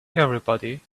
everybody